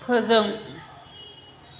फोजों